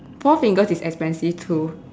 four fingers is expensive too